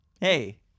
Hey